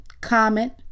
Comment